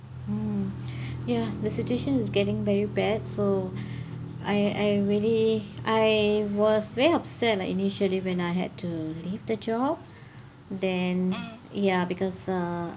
mm ya the situation is getting very bad so I I really I was very upset like initially when I had to leave the job then ya because uh